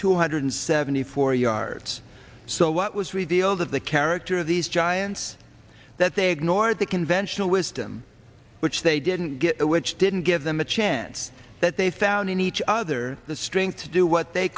two hundred seventy four yards so what was revealed of the character of these giants that they ignore the conventional wisdom which they didn't get which didn't give them a chance that they found in each other the strength to do what they